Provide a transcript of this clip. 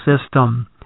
system